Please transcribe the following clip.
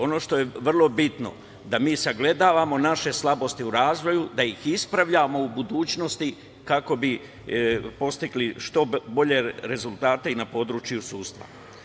Ono što je vrlo bitno je da mi sagledavamo naše slabosti u razvoju, da ih ispravljamo u budućnosti kako bi postigli što bolje rezultate i na području sudstva.